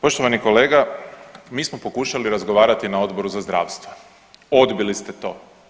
Poštovani kolega, mi smo pokušali razgovarati na Odboru za zdravstvo, odbili ste to.